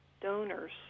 donors